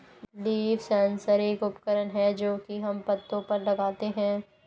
leaf sensor एक उपकरण है जो की हम पत्तो पर लगाते है